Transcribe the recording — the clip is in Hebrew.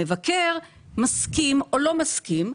המבקר מסכים או לא מסכים.